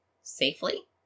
safely